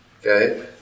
Okay